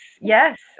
yes